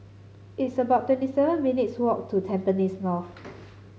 it's about twenty seven minutes' walk to Tampines North